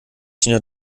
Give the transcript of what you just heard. schien